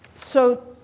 so,